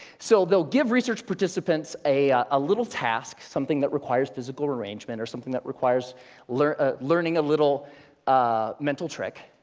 so, they'll give research participants a a little task, something that requires physical arrangement, or something that requires learning ah a little ah mental trick,